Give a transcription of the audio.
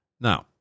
Now